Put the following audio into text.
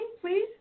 please